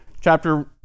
chapter